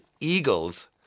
eagles